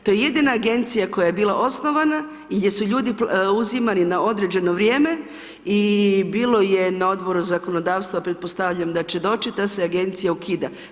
To je jedina agencija koja je bila osnovana i gdje su ljudi uzimali na određeno vrijeme i bilo je na Odboru za zakonodavstvo a pretpostavljam da će doći ta se agencija ukida.